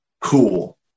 cool